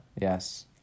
Yes